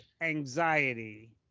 anxiety